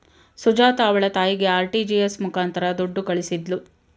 ಸುಜಾತ ಅವ್ಳ ತಾಯಿಗೆ ಆರ್.ಟಿ.ಜಿ.ಎಸ್ ಮುಖಾಂತರ ದುಡ್ಡು ಕಳಿಸಿದ್ಲು